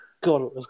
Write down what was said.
God